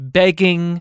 begging